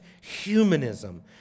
humanism